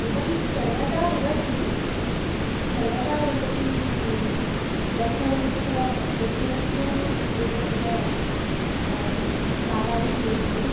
इदं सर्वदा भवति सर्वदा भवती दशवर्षं दशवर्षम् एतस्य कालाविधिः अस्ति